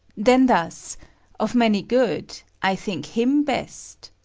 then thus of many good i think him best.